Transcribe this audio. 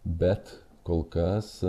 bet kol kas